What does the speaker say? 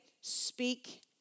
speak